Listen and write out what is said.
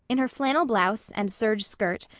in her flannel blouse and serge skirt,